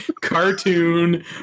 cartoon